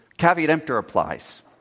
caveat emptor applies.